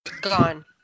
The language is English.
Gone